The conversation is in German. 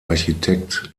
architekt